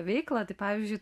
veiklą tai pavyzdžiui